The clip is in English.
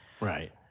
Right